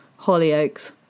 Hollyoaks